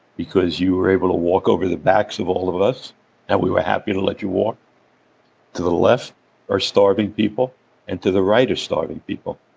because you were able to walk over the backs of all of us and we were happy to let you. back to the left are starving people and to the right are starving people,